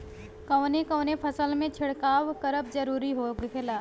कवने कवने फसल में छिड़काव करब जरूरी होखेला?